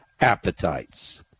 appetites